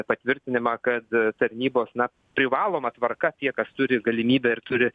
patvirtinimą kad tarnybos na privaloma tvarka tie kas turi galimybę ir turi